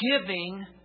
Giving